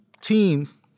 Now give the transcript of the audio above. team